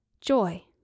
joy